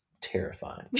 terrifying